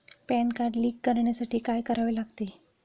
Pan card link करण्यासाठी काय करायला लागते?